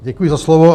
Děkuji za slovo.